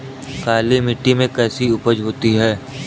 काली मिट्टी में कैसी उपज होती है?